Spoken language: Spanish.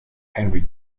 henry